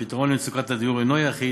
הפתרון למצוקת הדיור אינו יחיד,